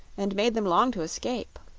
and made them long to escape.